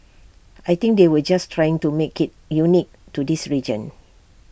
I think they were just trying to make IT unique to this region